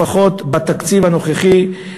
לפחות בתקציב הנוכחי,